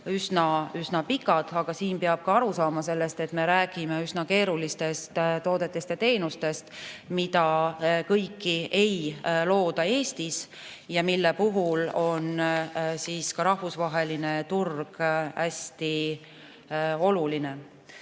üsna pikad, aga siin peab aru saama sellest, et me räägime üsna keerulistest toodetest ja teenustest, mida kõiki ei looda Eestis ja mille puhul on ka rahvusvaheline turg hästi oluline.